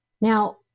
Now